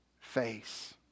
face